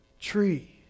tree